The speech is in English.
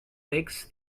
makes